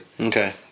Okay